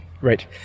Right